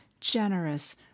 generous